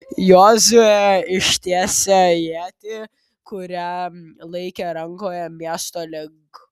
jozuė ištiesė ietį kurią laikė rankoje miesto link